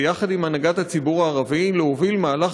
ויחד עם הנהגת הציבור הערבי להוביל מהלך